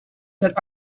that